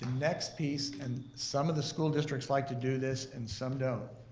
next piece, and some of the school districts like to do this and some don't,